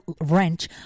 wrench